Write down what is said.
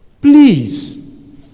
Please